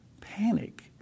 panic